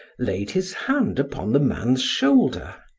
laid his hand upon the man's shoulder.